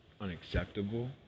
unacceptable